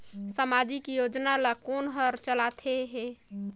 समाजिक योजना ला कोन हर चलाथ हे?